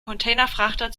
containerfrachter